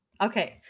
Okay